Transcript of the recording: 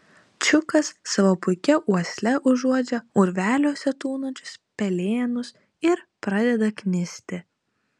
čiukas savo puikia uosle užuodžia urveliuose tūnančius pelėnus ir pradeda knisti